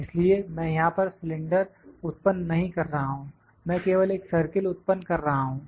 इसलिए मैं यहां पर सिलेंडर उत्पन्न नहीं कर रहा हूं मैं केवल एक सर्किल उत्पन्न कर रहा हूं